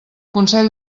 consell